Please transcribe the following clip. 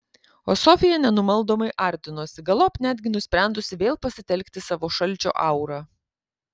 o sofija nenumaldomai artinosi galop netgi nusprendusi vėl pasitelkti savo šalčio aurą